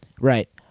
Right